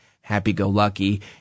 happy-go-lucky